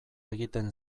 egiten